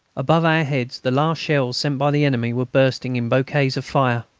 above our heads the last shells sent by the enemy were bursting in bouquets of fire.